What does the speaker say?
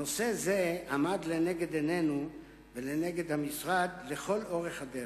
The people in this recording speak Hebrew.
נושא זה עמד לנגד עינינו ולנגד המשרד לכל אורך הדרך.